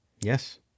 Yes